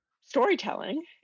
storytelling